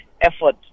effort